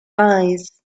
eyes